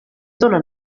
dóna